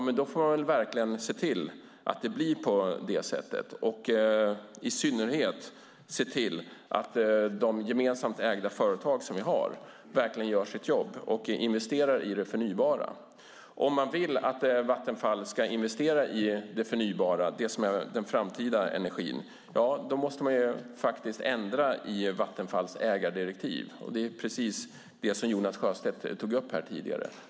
Men då får man verkligen se till att det blir på det sättet och i synnerhet se till att de gemensamt ägda företag som vi har verkligen gör sitt jobb och investerar i det förnybara. Om man vill att Vattenfall ska investera i det förnybara, den framtida energin, måste man faktiskt ändra i Vattenfalls ägardirektiv. Det var precis det som Jonas Sjöstedt tog upp här tidigare.